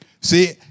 See